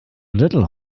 little